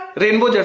rainbow